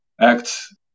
acts